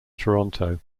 toronto